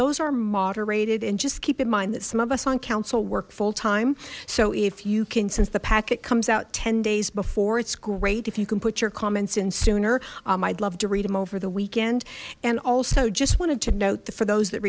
those are moderated and just keep in mind that some of us on council work full time so if you can since the packet comes out ten days before it's great if you can put your comments in sooner i'd love to read them over the weekend and also just wanted to note that for those that